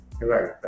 Right